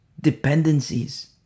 dependencies